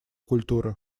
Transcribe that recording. культуры